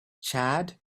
chad